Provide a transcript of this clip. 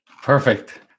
Perfect